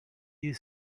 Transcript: you